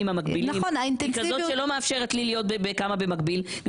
המקבילים היא כזאת שלא מאפשרת לי להיות בכמה במקביל,